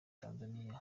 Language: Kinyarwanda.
tanzania